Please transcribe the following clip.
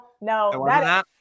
no